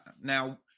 Now